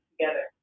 together